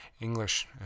english